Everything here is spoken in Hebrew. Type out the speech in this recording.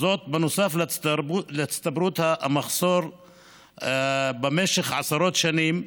זאת בנוסף להצטברות המחסור במשך עשרות שנים,